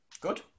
Good